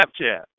Snapchat